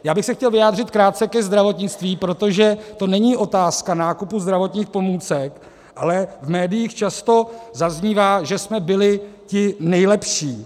Já bych se chtěl vyjádřit krátce ke zdravotnictví, protože to není otázka nákupu zdravotních pomůcek, ale v médiích často zaznívá, že jsme byli ti nejlepší.